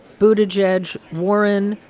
buttigieg, warren,